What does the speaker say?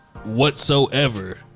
Whatsoever